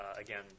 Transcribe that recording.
again